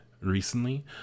recently